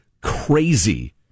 crazy